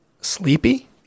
Sleepy